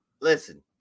listen